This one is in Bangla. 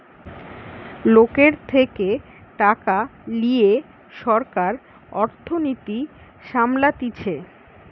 লোকের থেকে টাকা লিয়ে সরকার অর্থনীতি সামলাতিছে